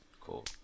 Cool